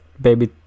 baby